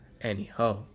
anyhow